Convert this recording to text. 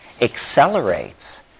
Accelerates